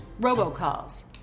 robocalls